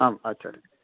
आम् आचार्य